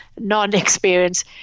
non-experience